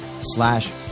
slash